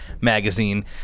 magazine